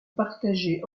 partagé